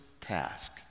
task